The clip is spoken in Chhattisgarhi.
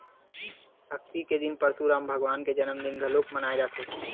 अक्ती के दिन परसुराम भगवान के जनमदिन घलोक मनाए जाथे